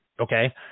okay